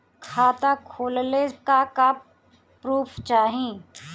खाता खोलले का का प्रूफ चाही?